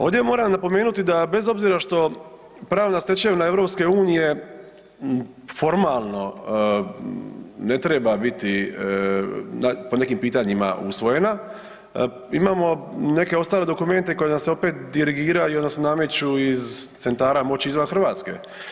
Ovdje moram napomenuti da bez obzira što pravna stečevina EU-a formalno ne treba biti po nekim pitanjima usvojena, imamo neke ostale dokumente koji nam se opet dirigiraju odnosno nameću iz centara moći izvan Hrvatske.